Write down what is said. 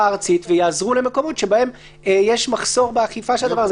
הארצית ויעזרו למקומות שבהם יש מחסור באכיפה של הדבר הזה.